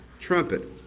trumpet